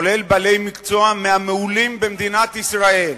כולל בעלי מקצוע מהמעולים במדינת ישראל,